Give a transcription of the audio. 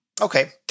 Okay